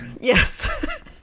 Yes